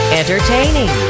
entertaining